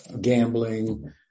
gambling